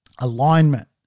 alignment